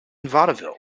vaudeville